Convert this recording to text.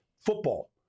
football